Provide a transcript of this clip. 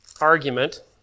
argument